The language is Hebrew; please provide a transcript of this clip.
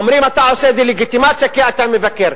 אומרים: אתה עושה דה-לגיטימציה, כי אתה מבקר.